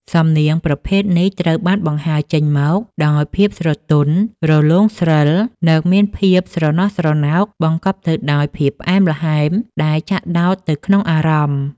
សំនៀងប្រភេទនេះត្រូវបានបង្ហើរចេញមកដោយភាពស្រទន់ រលោងស្រិល និងមានភាពស្រណោះស្រណោក បង្កប់ទៅដោយភាពផ្អែមល្ហែមដែលចាក់ដោតទៅក្នុងអារម្មណ៍។